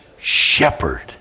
shepherd